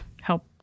help